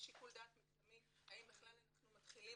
יש שיקול דעת מקדמי האם בכלל אנחנו מתחילים